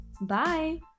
Bye